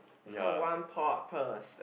it's call one pot per